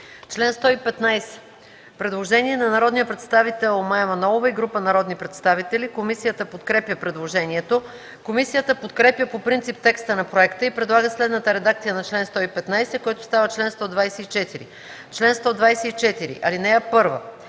чл. 115 – предложение на Мая Манолова и група народни представители. Комисията подкрепя предложението. Комисията подкрепя по принцип текста на проекта и предлага следната редакция на чл. 115, който става чл. 124: „Чл. 124. (1) Народните